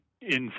inside